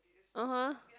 (uh huh)